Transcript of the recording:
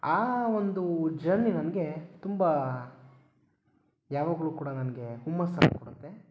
ಆ ಒಂದು ಜರ್ನಿ ನನಗೆ ತುಂಬ ಯಾವಾಗಲು ಕೂಡ ನನಗೆ ಹುಮ್ಮಸ್ಸನ್ನು ಕೊಡುತ್ತೆ